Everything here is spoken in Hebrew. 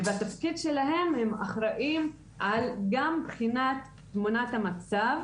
ובתפקיד שלהם הם אחראים על גם בחינת תמונת המצב,